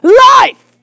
life